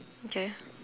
okay